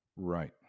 right